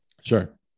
Sure